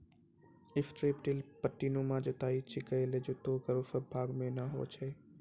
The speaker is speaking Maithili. स्ट्रिप टिल पट्टीनुमा जुताई छिकै जे खेतो केरो सब भाग म नै होय छै